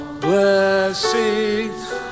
blessings